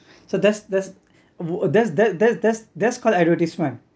so that's that's that's that that that's that's called advertisement